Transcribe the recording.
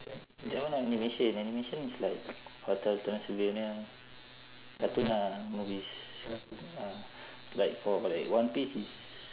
that one not animation animation is like hotel transylvania cartoon lah movies ah like for correct one piece is